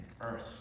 earth